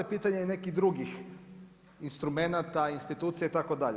Pitanje je i nekih drugih instrumenata, institucija itd.